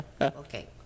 okay